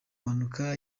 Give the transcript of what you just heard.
mpanuka